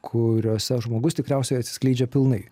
kuriose žmogus tikriausiai atsiskleidžia pilnai